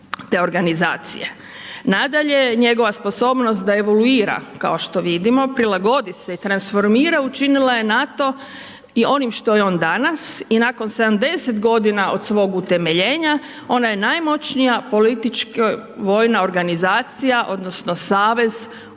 te organizacije. Nadalje, njegova sposobnost da evoluira kao što vidimo, prilagodi se i transformira, učinila je NATO i onim što je on danas i nakon 70.g. od svog utemeljenja ona je najmoćnija politička vojna organizacija odnosno savez u